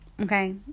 okay